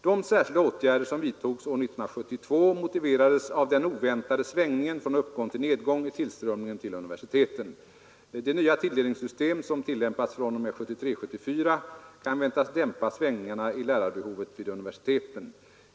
De särskilda åtgärder som vidtogs år 1972 motiverades av den oväntade svängningen från uppgång till nedgång i tillströmningen till universiteten. Det nya tilldelningssystem som tillämpas fr.o.m. 1973/74 kan väntas dämpa svängningarna i lärarbehovet vid universiteten.